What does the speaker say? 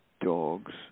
dogs